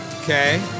Okay